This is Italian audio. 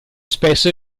spesso